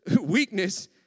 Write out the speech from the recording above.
weakness